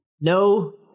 No